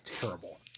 terrible